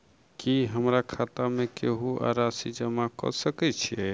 की हमरा खाता मे केहू आ राशि जमा कऽ सकय छई?